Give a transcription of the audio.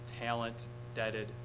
talent-debted